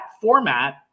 format